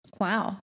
Wow